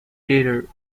terror